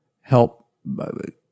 help